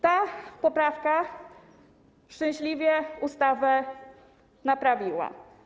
Ta poprawka szczęśliwie ustawę naprawiła.